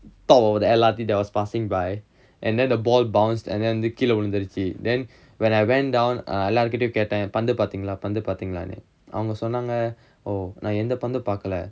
talk about the L_R_T that was passing by and let the ball bounced and then கீழ உளுந்திருச்சி:keela ulunthirichi then when I went down எல்லார்கிட்டயும் கேட்டேன் பந்து பாத்திங்களா பந்து பாத்திங்களானு அவங்க சொன்னாங்க:ellaarkittayum kettaen panthu paathingalaa paathingalaanu avanga sonnaanga oh நா எந்த பந்தும் பாக்கல:naa entha panthum paakkala